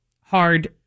hard